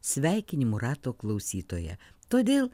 sveikinimų rato klausytoja todėl